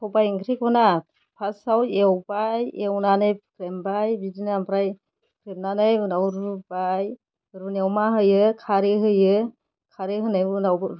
सबाय ओंख्रिखौना फार्स्टआव एवबाय एवनानै फेनबाय बिदिनो ओमफ्राय जोबनानै उनाव रुबाय रुनायाव मा होयो खारै होयो खारै होनाय उनाव